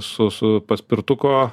su su paspirtuko